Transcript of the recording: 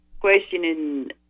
questioning